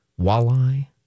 walleye